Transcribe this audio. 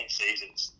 seasons